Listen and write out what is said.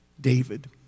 David